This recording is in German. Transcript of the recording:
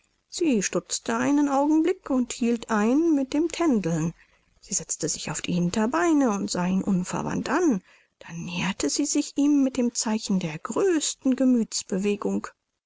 sie stutzte einen augenblick und hielt ein mit dem tändeln sie setzte sich auf die hinterbeine und sah ihn unverwandt an dann näherte sie sich ihm mit dem zeichen der größten